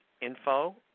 info